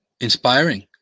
inspiring